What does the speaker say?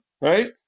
right